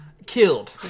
Killed